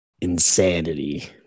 insanity